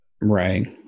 Right